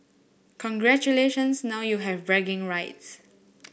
congratulations now you have bragging rights